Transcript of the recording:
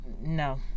no